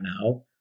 now